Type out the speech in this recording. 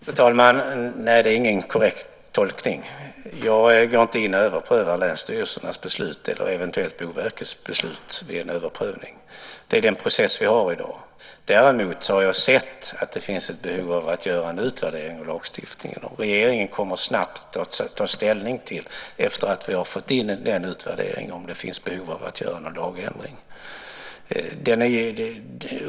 Fru talman! Nej, det är inte en korrekt tolkning. Jag går inte in och överprövar länsstyrelsernas eller Boverkets beslut. Så är den process som vi har i dag. Däremot har jag sett att det finns ett behov av att göra en utvärdering av lagstiftningen. När vi har fått in den utvärderingen kommer regeringen snabbt att ta ställning till om det finns behov av att göra någon lagändring.